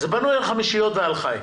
זה בנו על חמישיות ועל ח"י.